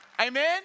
Amen